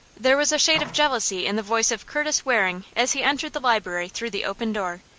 there was a shade of jealousy in the voice of curtis waring as he entered the library through the open door,